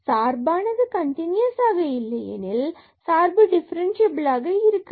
சார்பானது கன்டினுயசாக இல்லை எனில் கண்டிப்பாக சார்பு டிஃபரன்ஸ்சியபிலாக இருக்காது